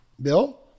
Bill